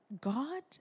God